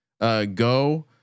go